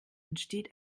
entsteht